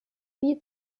wie